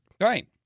Right